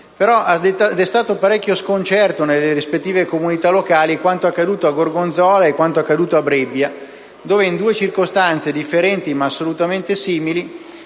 Però ha destato parecchio sconcerto nelle rispettive comunità locali quanto accaduto a Gorgonzola e quanto accaduto a Brebbia, dove, in due circostanze differenti ma assolutamente simili,